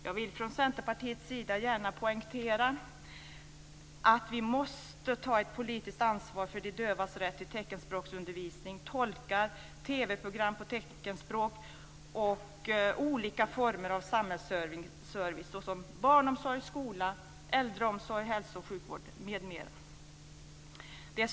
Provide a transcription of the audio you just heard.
Jag vill från Centerpartiets sida gärna poängtera att vi måste ta ett politiskt ansvar för de dövas rätt till teckenspråksundervisning, tolkar, TV-program på teckenspråk och olika former av samhällsservice såsom barnomsorg, skola, äldreomsorg, hälso och sjukvård m.m.